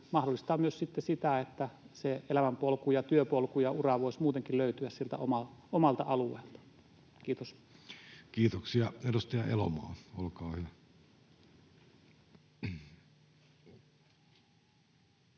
mahdollistavat myös sitten sitä, että elämänpolku ja työpolku ja ura voisivat muutenkin löytyä sieltä omalta alueelta. — Kiitos. Kiitoksia. — Edustaja Elomaa, olkaa hyvä.